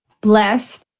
blessed